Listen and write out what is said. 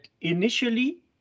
initially